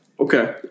Okay